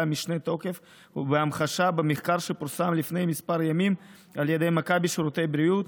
משנה תוקף והמחשה במחקר שפורסם לפני כמה ימים על ידי מכבי שירותי בריאות,